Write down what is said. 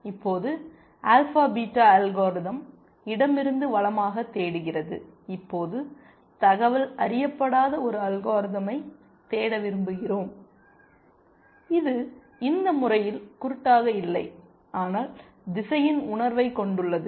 இப்போது alpha beta algorithm இடமிருந்து வலமாகத் தேடுகிறது இப்போது தகவல் அறியப்படாத ஒரு அல்காரிதமை தேட விரும்புகிறோம் இது இந்த முறையில் குருட்டாக இல்லை ஆனால் திசையின் உணர்வைக் கொண்டுள்ளது